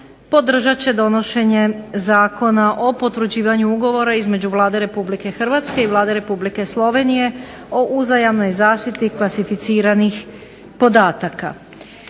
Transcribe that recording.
podržat će donošenje Zakona o potvrđivanju Ugovora između Vlade Republike Hrvatske i Vlade Republike Slovenije o uzajamnoj zaštiti klasificiranih podataka.